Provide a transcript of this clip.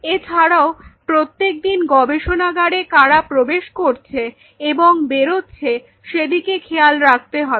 এছাড়াও প্রত্যেকদিন গবেষণাগারে কারা প্রবেশ করছে এবং বেরোচ্ছে সেদিকে খেয়াল রাখতে হবে